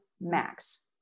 max